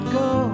go